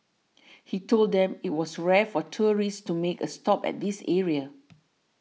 he told them it was rare for tourists to make a stop at this area